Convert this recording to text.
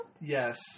Yes